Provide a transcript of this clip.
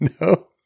No